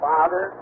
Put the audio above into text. Father